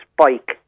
spike